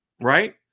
Right